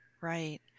Right